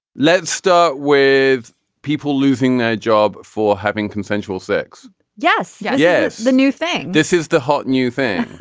let's start with people losing their job for having consensual sex yes. yeah yes. the new thing this is the hot new thing.